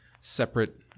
separate